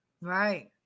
Right